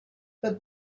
but